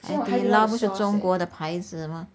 海底捞不是中国的牌子吗